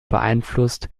beeinflusst